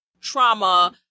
trauma